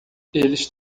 eles